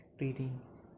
reading